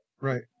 Right